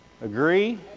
Agree